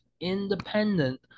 independent